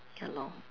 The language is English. ya lor